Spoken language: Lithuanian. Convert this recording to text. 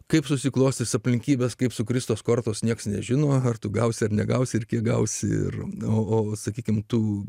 kaip susiklostys aplinkybės kaip sukrėstos kortos niekas nežino ar tu gausi ar negausi irgi gaus ir o sakykime tu